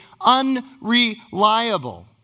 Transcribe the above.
unreliable